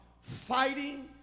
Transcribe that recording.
fighting